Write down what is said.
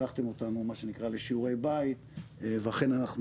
שלחתם אותנו מה שנקרא לשיעורי בית ואכן אנחנו